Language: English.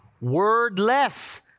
Wordless